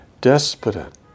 desperate